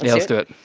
yeah let's do it